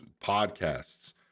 podcasts